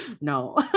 No